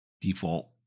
default